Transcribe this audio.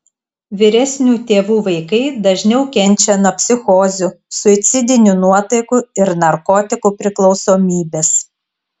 vyresnių tėvų vaikai dažniau kenčia nuo psichozių suicidinių nuotaikų ir narkotikų priklausomybės